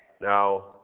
Now